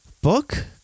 book